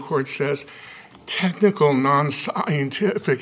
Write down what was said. court says technical nonscientific